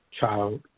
child